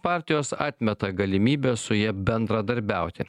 partijos atmeta galimybę su ja bendradarbiauti